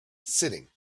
sitting